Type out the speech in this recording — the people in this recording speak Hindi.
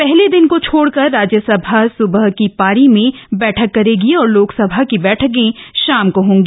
पहले दिन को छोड़कर राज्यसभा सुबह की पारी में बैठक करेगी और लोकसभा की बैठकें शाम को होंगी